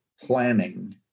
planning